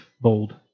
bold